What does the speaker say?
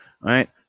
right